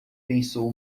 pensou